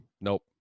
nope